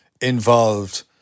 involved